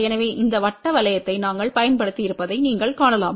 எனவே இந்த வட்ட வளையத்தை நாங்கள் பயன்படுத்தியிருப்பதை நீங்கள் காணலாம்